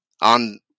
on